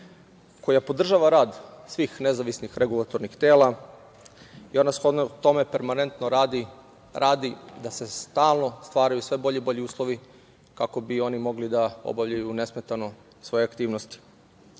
koja podržava rat svih nezavisnih regulatornih tela i ona shodno tome permanentno radi da se stalno stvaraju sve bolji i bolji uslovi kako bi oni mogli da obavljaju nesmetano svoje aktivnosti. Podržavamo,